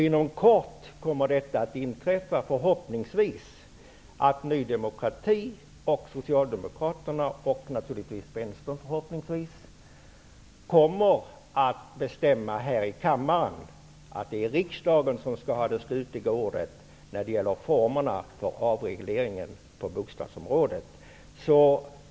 Inom kort kommer det förhoppningsvis att inträffa att Ny demokrati och Socialdemokraterna, naturligtvis också Vänsterpartiet, kommer att här i kammaren bestämma att det är riksdagen som skall ha det slutliga ordet när det gäller formerna för avregleringen på bostadsområdet.